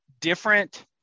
different